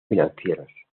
financieros